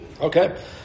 Okay